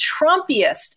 Trumpiest